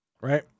Right